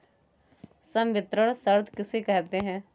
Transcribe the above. संवितरण शर्त किसे कहते हैं?